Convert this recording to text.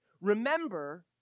remember